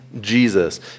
Jesus